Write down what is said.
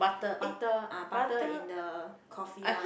butter ah butter in the coffee one